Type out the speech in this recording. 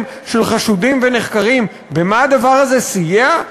של חשודים ונחקרים במה הדבר הזה סייע?